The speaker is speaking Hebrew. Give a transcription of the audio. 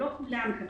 לא מכולן השיבו,